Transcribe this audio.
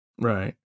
right